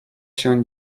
się